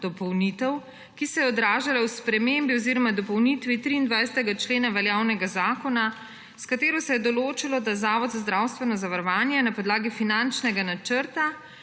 dopolnitev, ki se je odražala v spremembi oziroma dopolnitvi 23. člena veljavnega zakona, s katero se je določilo, da Zavod za zdravstveno zavarovanje na podlagi finančnega načrta